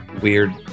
weird